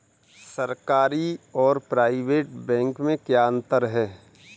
सरकारी और private bank में क्या अंतर है?